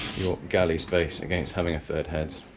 your galley space against having a third heads.